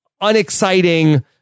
unexciting